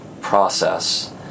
process